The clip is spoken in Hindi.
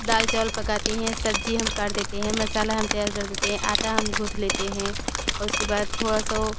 दाल चावल पकाती हैं सब्जी हम काट देते हैं मसाला हम तैयार कर देते हैं आटा हम गूँथ लेते हैं और उसके बाद थोड़ा सा ओ